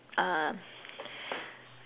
uh